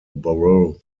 borough